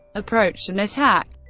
approach and attack